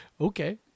Okay